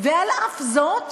ועל אף זאת